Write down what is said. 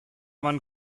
man